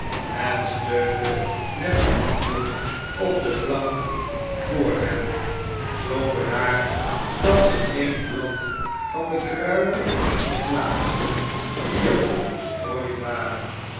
en steunde met de handen op de plank voor hem zoo bedaard dat ze geen blad van de kruiden verplaatsten die er op gestrooid waren